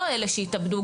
לא אלה שהתאבדו,